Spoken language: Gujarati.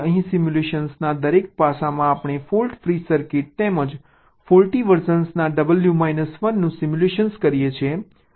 અહીં સિમ્યુલેશનના દરેક પાસમાં આપણે ફોલ્ટ ફ્રી સર્કિટ તેમજ ફોલ્ટી વર્ઝનના W માઈનસ 1નું સિમ્યુલેટ કરીએ છીએ